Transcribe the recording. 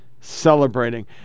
celebrating